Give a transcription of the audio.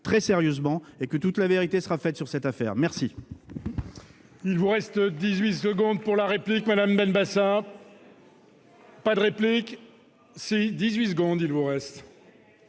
très sérieusement, et que toute la vérité sera faite sur cette affaire. Où